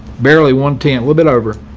barely one tenth a little bit over